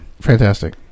Fantastic